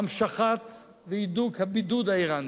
המשך והידוק הבידוד האירני.